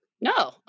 No